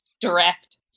direct